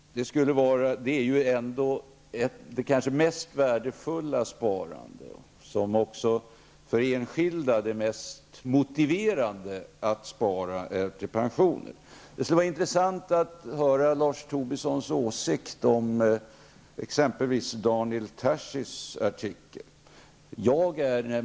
Pensionssparande är kanske det mest värdefulla sparandet, och för den enskilde är det väl mest motiverande att spara till pensionen. Det skulle vara intressant att höra vad Lars Tobisson har för åsikt om exempelvis Daniel Tarschys artikel.